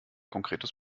konkretes